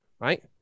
right